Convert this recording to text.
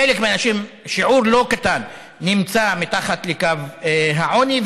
חלק מהאנשים, שיעור לא קטן נמצא מתחת לקו העוני.